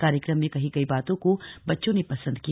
कार्यक्रम में कही गई बातों को बच्चों ने पसंद किया